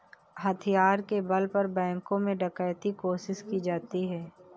हथियार के बल पर बैंकों में डकैती कोशिश की जाती है